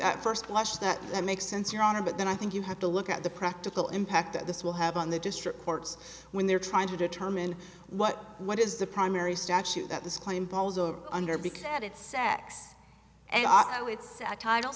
at first blush that that makes sense your honor but then i think you have to look at the practical impact that this will have on the district courts when they're trying to determine what what is the primary statute that this claim balls over under because that it's sex